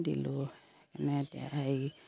দিলোঁ মানে হেৰি